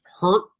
hurt